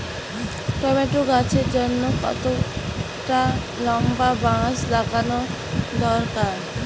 Tomato গাছের জন্যে কতটা লম্বা বাস লাগানো দরকার?